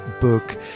book